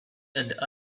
and